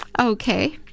okay